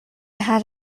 had